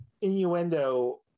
innuendo